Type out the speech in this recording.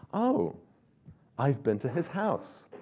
oh i've been to his house.